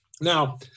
Now